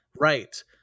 Right